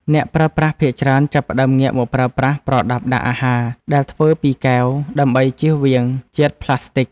អ្នកប្រើប្រាស់ភាគច្រើនចាប់ផ្តើមងាកមកប្រើប្រាស់ប្រដាប់ដាក់អាហារដែលធ្វើពីកែវដើម្បីចៀសវាងជាតិប្លាស្ទិក។